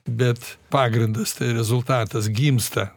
bet pagrindas tai rezultatas gimsta